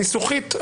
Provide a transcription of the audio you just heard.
ניסוחית,